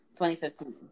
2015